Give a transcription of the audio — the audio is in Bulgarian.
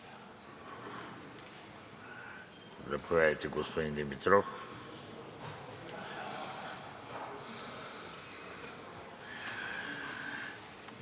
Заповядайте, господин Димитров.